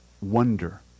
wonder